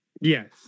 Yes